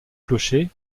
clocher